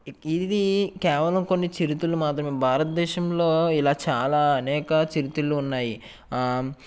ఇది కేవలం కొన్ని చిరుతిళ్ళు మాత్రమే భారత దేశంలో ఇలా చాలా అనేక చిరుతిళ్ళు ఉన్నాయి